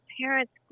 parents